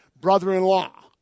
brother-in-law